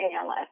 ALS